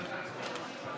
נגד,